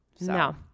No